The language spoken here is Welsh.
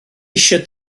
eisiau